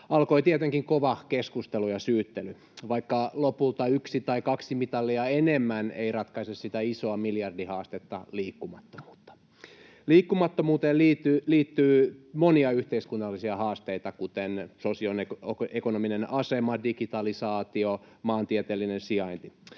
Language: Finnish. alkoi tietenkin kova keskustelu ja syyttely, vaikka lopulta yksi tai kaksi mitalia enemmän ei ratkaise sitä isoa miljardihaastetta: liikkumattomuutta. Liikkumattomuuteen liittyy monia yhteiskunnallisia haasteita, kuten sosioekonominen asema, digitalisaatio, maantieteellinen sijainti.